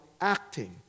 acting